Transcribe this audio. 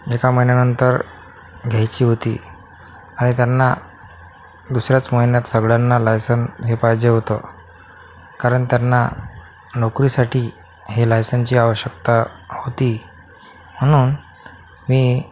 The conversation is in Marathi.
एका महिन्यानंतर घ्यायची होती आणि त्यांना दुसऱ्याच महिन्यात सगळ्यांना लायसन हे पाहिजे होतं कारण त्यांना नोकरीसाठी हे लायसनची आवश्यकता होती म्हणून मी